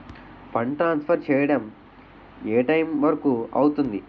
Fund transfer చేయడం ఏ time వరుకు అవుతుంది?